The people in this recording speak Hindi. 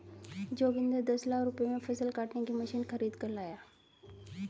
जोगिंदर दस लाख रुपए में फसल काटने की मशीन खरीद कर लाया